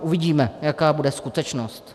Uvidíme, jaká bude skutečnost.